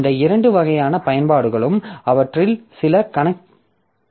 இந்த இரண்டு வகையான பயன்பாடுகளும் அவற்றில் சில கணக்கிடப்பட்டவை